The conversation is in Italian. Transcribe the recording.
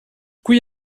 qui